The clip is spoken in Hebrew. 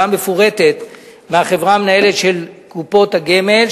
כך הודעה מפורטת מהחברה המנהלת של קופת הגמל,